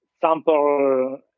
sample